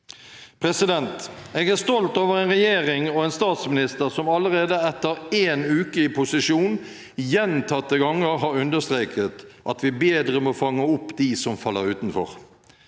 for dem. Jeg er stolt over en regjering og en statsminister som allerede etter én uke i posisjon gjentatte ganger har understreket at vi bedre må fange opp dem som faller utenfor.